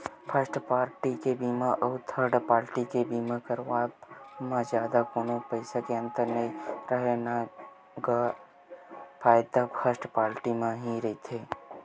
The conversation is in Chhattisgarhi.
फस्ट पारटी के बीमा अउ थर्ड पाल्टी के बीमा करवाब म जादा कोनो पइसा के अंतर नइ राहय न गा फायदा फस्ट पाल्टी म ही रहिथे